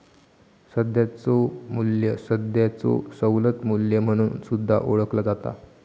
सध्याचो मू्ल्य सध्याचो सवलत मू्ल्य म्हणून सुद्धा ओळखला जाता